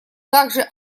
также